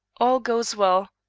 all goes well.